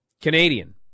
Canadian